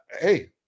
hey